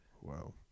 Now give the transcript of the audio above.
wow